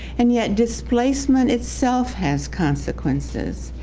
and yet displacement itself has consequences.